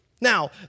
Now